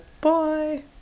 Bye